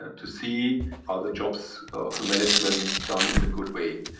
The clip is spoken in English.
ah to see are the jobs of the management done in a good way?